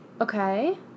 Okay